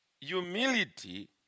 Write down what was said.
humility